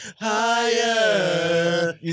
Higher